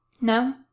No